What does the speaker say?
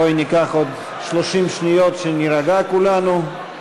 בואי וניקח עוד 30 שניות כדי שכולנו נירגע.